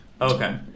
Okay